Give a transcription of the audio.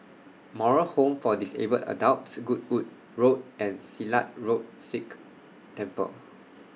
Moral Home For Disabled Adults Goodwood Road and Silat Road Sikh Temple